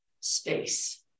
space